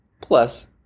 plus